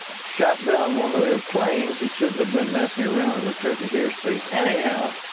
shot down one of their planes that shouldn't have been messing around in the turkish air space anyhow.